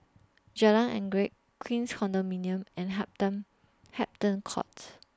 Jalan Anggerek Queens Condominium and Hampton Courts